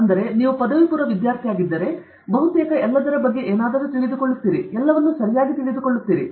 ಆದ್ದರಿಂದ ನೀವು ಪದವಿಪೂರ್ವ ವಿದ್ಯಾರ್ಥಿಯಾಗಿದ್ದರೆ ನೀವು ಬಹುತೇಕ ಎಲ್ಲದರ ಬಗ್ಗೆ ಏನಾದರೂ ತಿಳಿದುಕೊಳ್ಳುತ್ತೀರಿ ಆದರೆ ನೀವು ಎಲ್ಲವನ್ನೂ ಸರಿಯಾಗಿ ತಿಳಿದುಕೊಳ್ಳುತ್ತೀರಿ